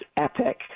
epic